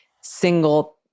single